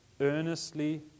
earnestly